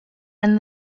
and